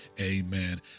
Amen